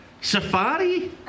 safari